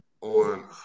on